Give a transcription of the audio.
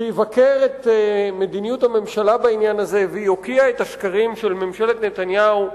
ויבקר את מדיניות הממשלה בעניין הזה ויוקיע את השקרים של ממשלת נתניהו,